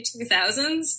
2000s